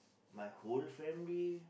my whole family